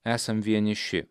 esam vieniši